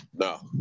No